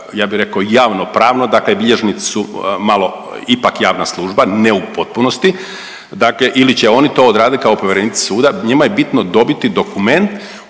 ja bih rekao javno-pravno, dakle bilježnici su malo ipak javna služba, ne u potpunosti. Dakle, ili će oni to odraditi kao povjerenici suda. Njima je bitno dobiti dokument